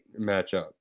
matchup